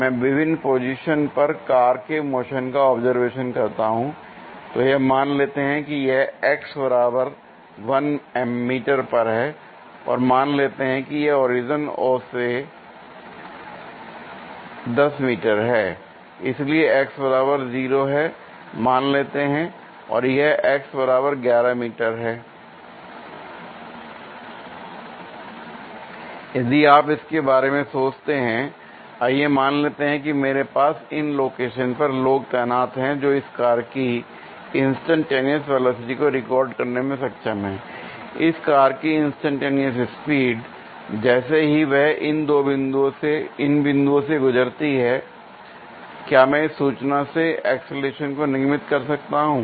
मैं विभिन्न पोजीशंस पर कार के मोशन का ऑब्जर्वेशन करता हूं l तो हम मान लेते हैं कि यह पर है मान लेते हैं कि यह ओरिजन से 10 मीटर है l इसलिए यह है मान लेते हैं और यह है l यदि आप इसके बारे में सोचते हैं आइए मान लेते हैं कि मेरे पास इन लोकेशन पर लोग तैनात हैं जो इस कार की इंस्टैन्टेनियस वेलोसिटी को रिकॉर्ड करने में सक्षम है इस कार की इंस्टैन्टेनियस स्पीड जैसे ही वह उन बिंदुओं से गुजरती है l क्या मैं इस सूचना से एक्सीलरेशन को निगमित कर सकता हूं